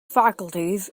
faculties